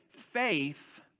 faith